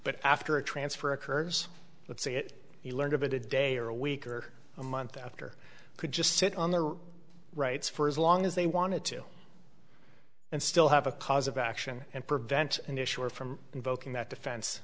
but after a transfer occurs let's say that he learned of it a day or a week or a month after could just sit on their rights for as long as they wanted to and still have a cause of action and prevent an issue or from invoking that defense